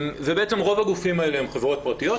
ובעצם רוב הגופים האלה הם חברות פרטיות,